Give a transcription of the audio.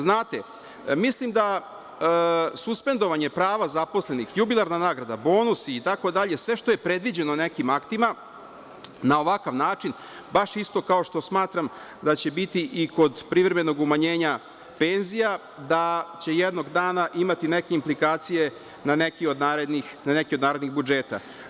Znate, mislim da suspendovanje prava zaposlenih, jubilarna nagrada, bonusi itd, sve što je predviđeno nekim aktima na ovakav način, baš kao isto što smatram da će biti i kod privremenog umanjenja penzija, da će jednog dana imati neke implikacije na neki od narednih budžeta.